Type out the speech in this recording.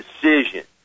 decision